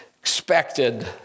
expected